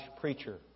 preacher